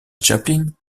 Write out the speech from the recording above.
chaplin